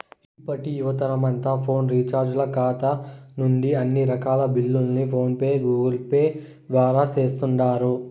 ఇప్పటి యువతరమంతా ఫోను రీచార్జీల కాతా నుంచి అన్ని రకాల బిల్లుల్ని ఫోన్ పే, గూగుల్పేల ద్వారా సేస్తుండారు